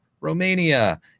Romania